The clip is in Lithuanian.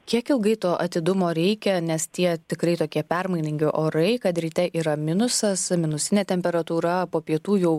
kiek ilgai to atidumo reikia nes tie tikrai tokie permainingi orai kad ryte yra minusas minusinė temperatūra po pietų jau